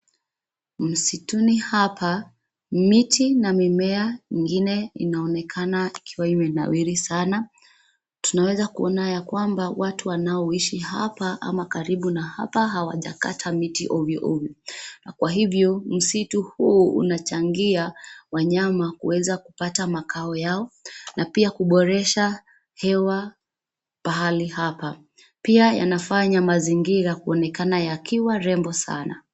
Msituni hapa ,miti na mimea ingine inaonekana ikiwa imenawiri sana tunaweza kuona yakwamba watu wanao is ishi hapa ama karibu na hapa hawajakata miti ovyo ovyo. Kwa hivyo, msitu huu unachangia wanyama kuweza kupata makao yao na pia kuboresha hewa pahali hapa. Pia yanafanya mazingira kuonekana yakiwa rembo sana.